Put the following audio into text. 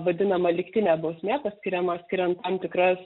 vadinama lygtinė bausmė paskiriama skiriant tam tikras